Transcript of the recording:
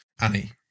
Annie